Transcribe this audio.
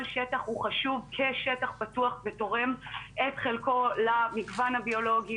כל שטח הוא חשוב כשטח פתוח ותורם את חלקו למגוון הביולוגי,